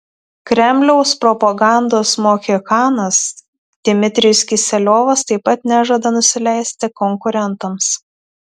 kremliaus propagandos mohikanas dmitrijus kiseliovas taip pat nežada nusileisti konkurentams